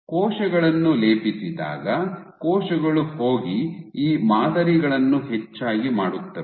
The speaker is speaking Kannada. ಕೋಶಗಳನ್ನು ಲೇಪಿಸಿದಾಗ ಕೋಶಗಳು ಹೋಗಿ ಈ ಮಾದರಿಗಳನ್ನು ಹೆಚ್ಚಾಗಿ ಮಾಡುತ್ತವೆ